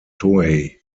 toei